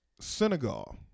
Senegal